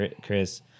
Chris